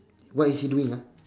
what is he doing ah